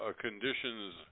conditions